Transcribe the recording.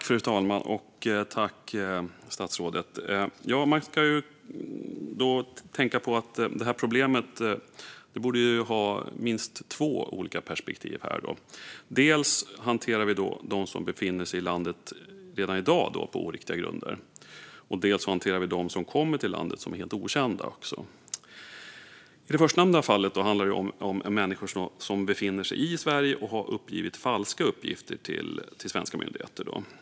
Fru talman! Det borde finnas minst två perspektiv på detta problem: Hur hanterar vi dem som befinner sig i landet redan i dag på oriktiga grunder, och hur hanterar vi dem som kommer till landet och är helt okända? I det förstnämnda fallet handlar det om människor som befinner sig i Sverige och har uppgivit falska uppgifter till svenska myndigheter.